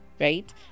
Right